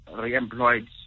re-employed